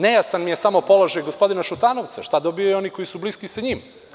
Nejasan mi je samo položaj gospodina Šutanovca, šta dobijaju oni koji su bliski sa njim?